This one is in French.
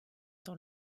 dans